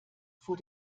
vor